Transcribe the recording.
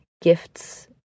gifts